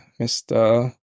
Mr